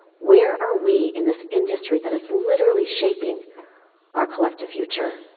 where are we in this industry that is literally shaping our collective future.